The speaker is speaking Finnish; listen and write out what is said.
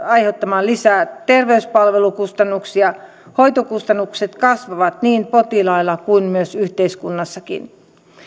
aiheuttamaan lisää terveyspalvelukustannuksia hoitokustannukset kasvavat niin potilailla kuin myös yhteiskunnassakin